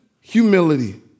humility